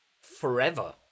forever